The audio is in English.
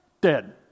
Dead